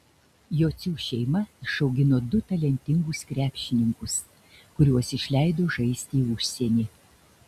jocių šeima išaugino du talentingus krepšininkus kuriuos išleido žaisti į užsienį